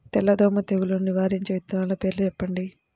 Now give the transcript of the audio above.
తెల్లదోమ తెగులును నివారించే విత్తనాల పేర్లు చెప్పండి?